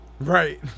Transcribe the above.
Right